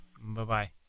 Bye-bye